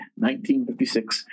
1956